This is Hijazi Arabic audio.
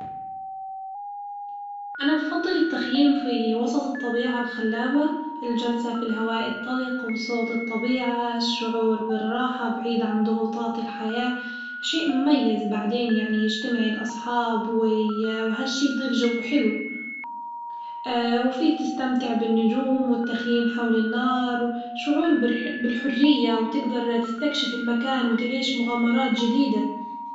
أنا بفضل التخييم في وسط الطبيعة الخلابة، الجلسة في الهواء الطلق وصوت الطبيعة، الشعور بالراحة بعيد عن ضغوطات الحياة شئ مميز، بعدين يعني يجتمع الأصحاب وي وهالشي يضيف جو حلو وفيك تستمتع بالنجوم والتخييم حول النار شعور بالح- بالحرية وتقدر تستكشف المكان وتعيش مغامرات جديدة.